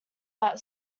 that